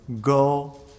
Go